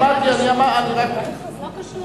זה לא קשור.